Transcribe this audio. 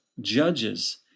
judges